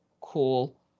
cool